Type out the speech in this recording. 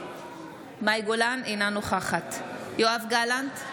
אינה נוכחת יואב גלנט,